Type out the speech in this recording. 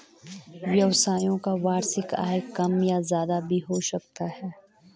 व्यवसायियों का वार्षिक आय कम या ज्यादा भी हो सकता है